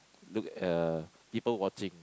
look uh people watching